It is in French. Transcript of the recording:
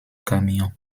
camion